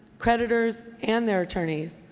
creditors, and their attorneys,